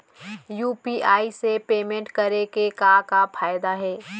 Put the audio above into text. UPI से payment करे के का का फायदा हे?